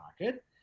market